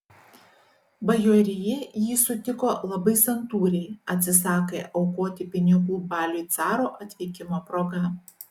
bajorija jį sutiko labai santūriai atsisakė aukoti pinigų baliui caro atvykimo proga